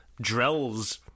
drills